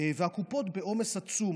והקופות בעומס עצום.